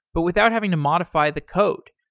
but without having to modify the code,